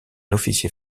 officier